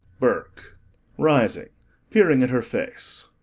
burke rising peering at her face.